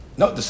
No